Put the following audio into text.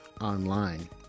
online